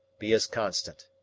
be as constant?